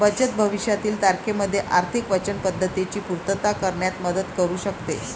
बचत भविष्यातील तारखेमध्ये आर्थिक वचनबद्धतेची पूर्तता करण्यात मदत करू शकते